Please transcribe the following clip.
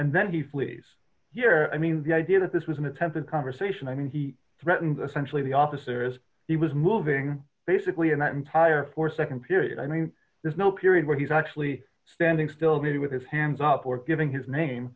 and then he flees your i mean the idea that this was an attempted conversation i mean he threatens essentially the officers he was moving basically in that entire four nd period i mean there's no period where he's actually standing still be with his hands up or giving his name